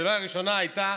השאלה הראשונה הייתה